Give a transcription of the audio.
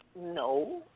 No